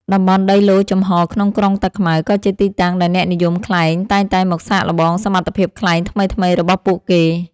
តំបន់ដីឡូតិ៍ចំហរក្នុងក្រុងតាខ្មៅ ក៏ជាទីតាំងដែលអ្នកនិយមខ្លែងតែងតែមកសាកល្បងសមត្ថភាពខ្លែងថ្មីៗរបស់ពួកគេ។